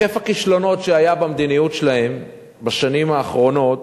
היקף הכישלונות שהיה במדיניות שלהם בשנים האחרות,